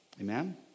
Amen